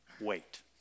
wait